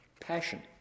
passion